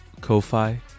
Ko-Fi